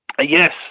yes